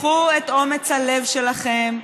קחו את אומץ הלב שלכם,